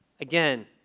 again